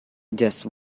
just